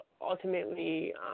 ultimately